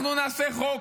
אנחנו נעשה חוק,